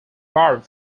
borrowed